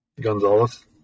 Gonzalez